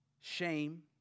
shame